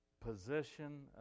position